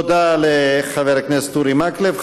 תודה לחבר הכנסת אורי מקלב.